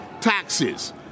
taxes